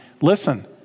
Listen